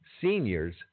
seniors